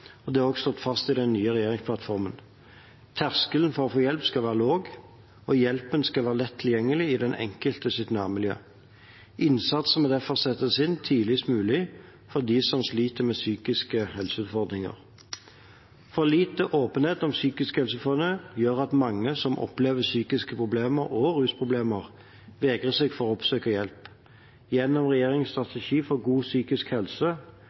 Det er også slått fast i den nye regjeringsplattformen. Terskelen for å få hjelp skal være lav, og hjelpen skal være lett tilgjengelig i den enkeltes nærmiljø. Innsatsen må derfor settes inn tidligst mulig for dem som sliter med psykiske helseutfordringer. For lite åpenhet om psykiske helseutfordringer gjør at mange som opplever psykiske problemer og rusproblemer, vegrer seg for å oppsøke hjelp. Gjennom regjeringens strategi for god psykisk helse